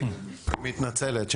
היא מתנצלת.